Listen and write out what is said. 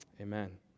Amen